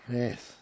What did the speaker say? yes